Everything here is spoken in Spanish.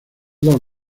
dos